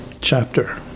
chapter